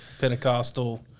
Pentecostal